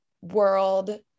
world